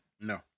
No